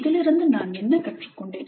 இதிலிருந்து நான் என்ன கற்றுக்கொண்டேன்